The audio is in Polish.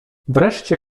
wreszcie